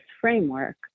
framework